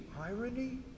irony